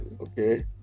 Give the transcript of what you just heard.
Okay